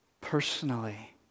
personally